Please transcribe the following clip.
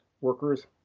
workers